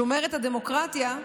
שומרת הדמוקרטיה.